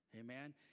Amen